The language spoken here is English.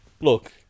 Look